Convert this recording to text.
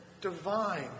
divine